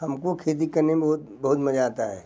हम को खेती करने में बहुत बहुत मज़ा आता है